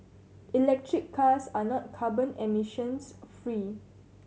electric cars are not carbon emissions free